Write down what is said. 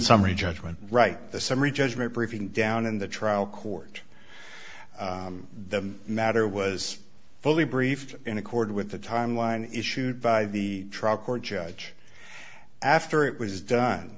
summary judgment right the summary judgment briefing down in the trial court the matter was fully briefed in accord with the timeline issued by the truck or judge after it was done